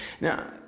Now